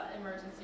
emergency